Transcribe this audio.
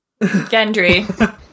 Gendry